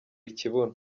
ikibuno